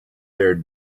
their